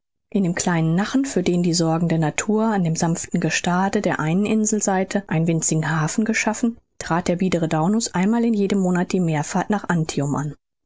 in dem kleinen nachen für den die sorgende natur an dem sanften gestade der einen inselseite einen winzigen hafen geschaffen trat der biedere daunus einmal in jedem monat die meerfahrt nach antium an in